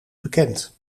bekend